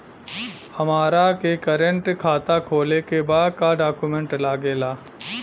हमारा के करेंट खाता खोले के बा का डॉक्यूमेंट लागेला?